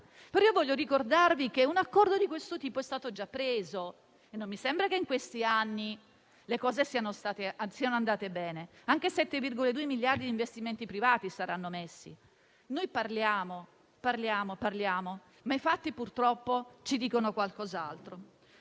Però vorrei ricordarvi che un accordo di questo tipo è stato già preso e non mi sembra che in questi anni le cose siano andate bene. Saranno aggiunti anche 7,2 miliardi di investimenti privati. Noi parliamo, parliamo, ma i fatti purtroppo ci dicono qualcos'altro.